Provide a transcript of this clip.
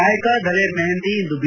ಗಾಯಕ ದಲ್ಲೇರ್ ಮೆಹಂದಿ ಇಂದು ಬಿ